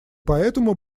поэтому